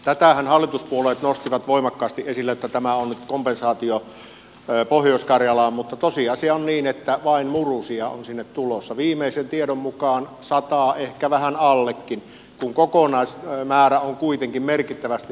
tätähän hallituspuolueet nostivat voimakkaasti esille että tämä on nyt kompensaatio pohjois karjalaan mutta tosiasia on niin että vain murusia on sinne tulossa viimeisen tiedon mukaan sata ehkä vähän allekin kun kokonaismäärä on kuitenkin merkittävästi yli kaksisataa